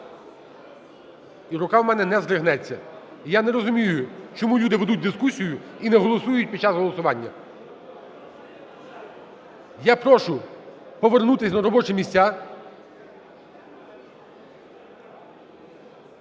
і рука у мене не здригнеться. Я не розумію, чому люди ведуть дискусію і не голосують під час голосування? Я прошу повернутись на робочі місця.